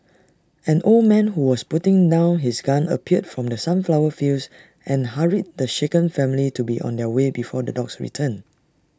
an old man who was putting down his gun appeared from the sunflower fields and hurried the shaken family to be on their way before the dogs return